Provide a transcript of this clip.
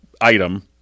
item